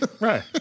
Right